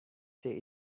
say